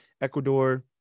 Ecuador